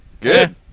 Good